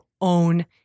own